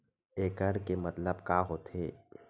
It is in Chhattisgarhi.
एकड़ के मतलब का होथे?